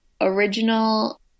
original